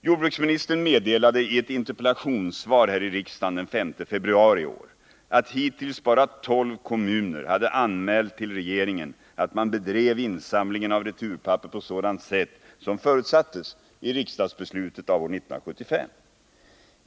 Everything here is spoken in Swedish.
Jordbruksministern meddelade i ett interpellationssvar här i riksdagen den 5 februari i år att hittills bara tolv kommuner hade anmält till regeringen att man bedrev insamlingen av returpapper på ett sådant sätt som förutsattes i riksdagsbeslutet av år 1975.